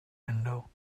window